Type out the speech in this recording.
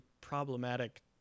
problematic